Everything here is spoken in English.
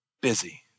Busy